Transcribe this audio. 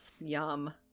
yum